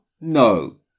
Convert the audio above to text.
No